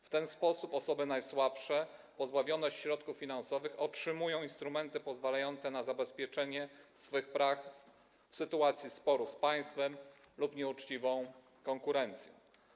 W ten sposób osoby najsłabsze, pozbawione środków finansowych otrzymują instrumenty pozwalające im na zabezpieczenie swych praw w sytuacji sporu z państwem lub nieuczciwą korporacją.